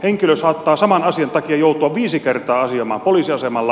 henkilö saattaa saman asian takia joutua viisi kertaa asioimaan poliisiasemalla